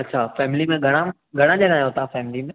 अछा फैमिली में घणा घणा ॼणा आहियो तव्हां फैमिली मेंं